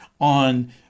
on